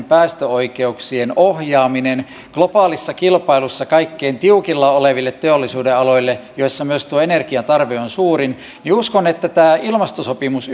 päästöoikeuksien ohjaaminen globaalissa kilpailussa kaikkein tiukimmilla oleville teollisuudenaloille joilla myös energian tarve on suurin niin uskon että tämä ilmastosopimus